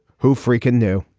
who freakin knew?